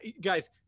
Guys